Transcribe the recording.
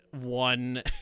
one